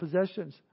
possessions